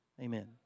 Amen